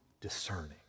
discerning